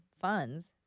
funds